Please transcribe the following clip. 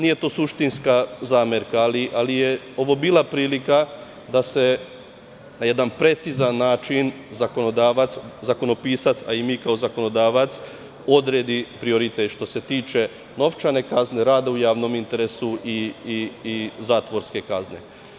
Nije to suštinska zamerka, ali je ovo bila prilika da na jedan precizan način zakonopisac, a i mi kao zakonodavac, odredi prioritet što se tiče novčane kazne, rada u javnom interesu i zatvorske kazne.